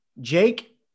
Jake